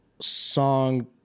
song